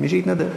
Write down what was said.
מי שיתנדב.